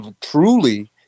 truly